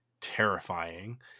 terrifying